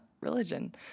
religion